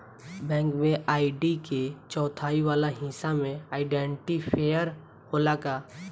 Bank में ID के चौथाई वाला हिस्सा में आइडेंटिफैएर होला का?